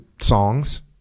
songs